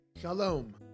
Shalom